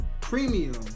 premium